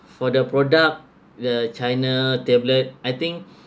for the product the china tablet I think